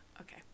Okay